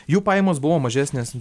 jų pajamos buvo mažesnės